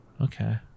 okay